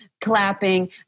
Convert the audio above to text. clapping